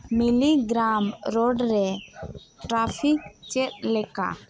ᱢᱤᱞᱞᱤᱜᱨᱟᱢ road ᱨᱮ traffic ᱪᱮᱫ ᱞᱮᱠᱟ